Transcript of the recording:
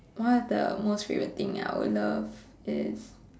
one of the most favourite thing I would love is